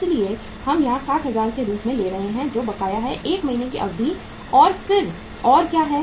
इसलिए हम यहां 60000 के रूप में ले रहे हैं जो बकाया है 1 महीने की अवधि और फिर और क्या है